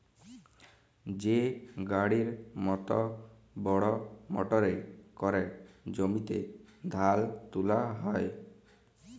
যে গাড়ির মত বড় মটরে ক্যরে জমিতে ধাল তুলা হ্যয়